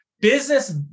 business